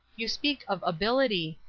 you speak of ability,